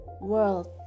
world